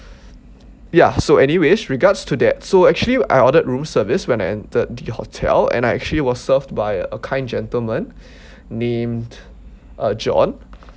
ya so anyways regards to that so actually I ordered room service when I entered the hotel and I actually was served by a kind gentleman named uh john